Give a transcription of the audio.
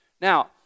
Now